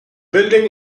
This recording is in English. building